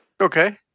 Okay